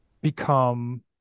become